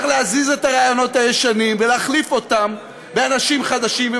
צריך להזיז את הרעיונות הישנים ולהחליף אותם באנשים חדשים,